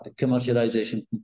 commercialization